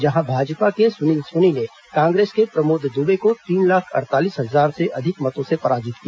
जहां भाजपा के सुनील सोनी ने कांग्रेस के प्रमोद दुबे को तीन लाख अड़तालीस हजार से अधिक मतों से पराजित किया